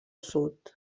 sud